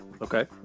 Okay